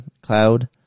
cloud